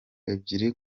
ebyiri